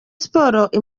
sports